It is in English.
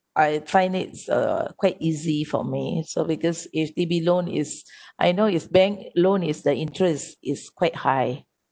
I find it's uh quite easy for me so because H_D_B loan is I know if bank loan is the interest is quite high